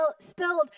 spilled